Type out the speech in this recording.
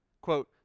Quote